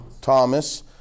Thomas